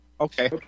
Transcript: Okay